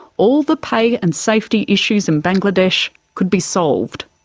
all the pay and safety issues in bangladesh could be solved.